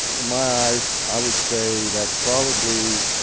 in my eyes i would say that's probably